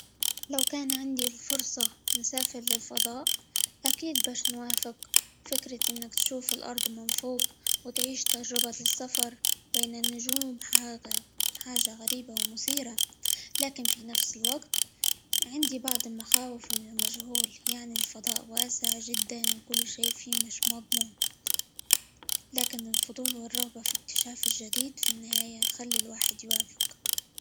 لو كان عندي الفرصة نسافر للفضاء، أكيد باش نوافق، فكرة إنك تشوف الأرض من فوق، وتعيش تجربة السفر بين النجوم -حاجة- حاجة غريبة، ومثيرة، لكن في نفس الوقت عندي بعض المخاوف من المجهول، يعني الفضاء واسع جدًا، وكل شيء فيه مش مضمون، لكن الفضول، والرغبة في اكتشاف الجديد في النهاية يخلي الواحد يوافق.